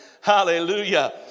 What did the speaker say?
Hallelujah